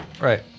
right